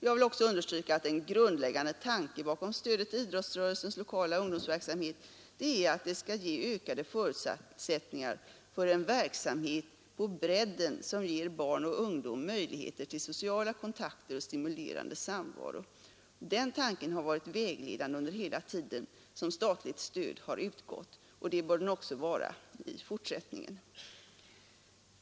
Jag vill också understryka att en grundläggande tanke bakom stödet till idrottsrörelsens lokala ungdomsverksamhet är att det skall ge ökade förutsättningar för en verksamhet på bredden som ger barn och ungdom möjligheter till sociala kontakter och stimulerande samvaro. Den tanken har varit vägledande under hela tiden som statligt stöd har utgått, och den bör vara det också i fortsättningen.